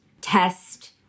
test